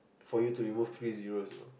for you to remove three zeroes you know